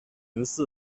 刑事